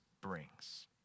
brings